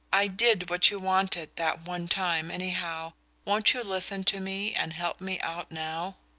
i did what you wanted that one time, anyhow won't you listen to me and help me out now?